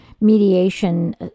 mediation